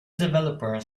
developers